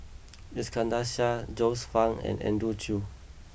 Iskandar Shah Joyce Fan and Andrew Chew